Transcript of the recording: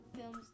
films